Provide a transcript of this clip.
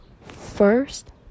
first